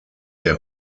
der